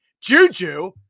Juju